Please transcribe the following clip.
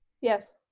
Yes